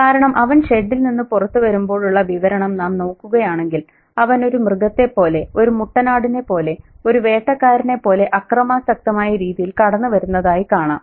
കാരണം അവൻ ഷെഡിൽ നിന്ന് പുറത്തു വരുമ്പോഴുള്ള വിവരണം നാം നോക്കുകയാണെങ്കിൽ അവൻ ഒരു മൃഗത്തെപ്പോലെ ഒരു മുട്ടനാടിനെപ്പോലെ ഒരു വേട്ടക്കാരനെപ്പോലെ അക്രമാസക്തമായ രീതിയിൽ കടന്നുവരുന്നതായി കാണാം